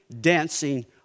dancing